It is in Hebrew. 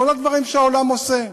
כל הדברים שהעולם עושה.